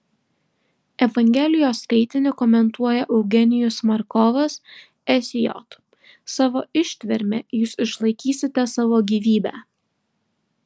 evangelijos skaitinį komentuoja eugenijus markovas sj savo ištverme jūs išlaikysite savo gyvybę